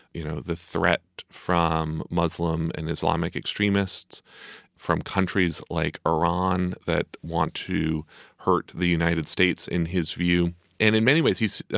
you know, the threat from muslim and islamic extremists from countries like iran that want to hurt the united states. in his view and in many ways, he's,